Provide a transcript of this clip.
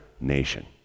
nation